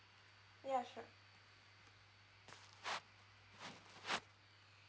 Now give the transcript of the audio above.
ya sure